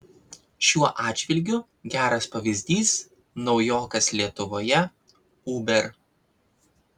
šiuo atžvilgiu geras pavyzdys naujokas lietuvoje uber